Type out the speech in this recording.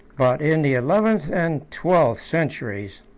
but in the eleventh and twelfth centuries,